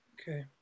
Okay